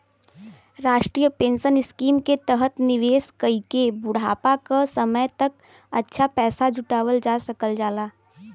राष्ट्रीय pension scheme के तहत निवेश कइके बुढ़ापा क समय तक अच्छा पैसा जुटावल जा सकल जाला